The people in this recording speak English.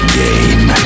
game